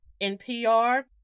NPR